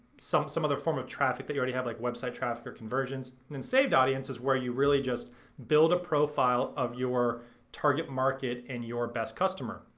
some some other form of traffic that you already have like website traffic or conversions. and saved audience is where you really just build a profile of your target market and your best customer.